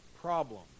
problem